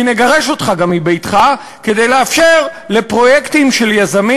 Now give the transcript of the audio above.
כי נגרש אותך גם מביתך כדי לאפשר לפרויקטים של יזמים